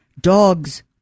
Dogs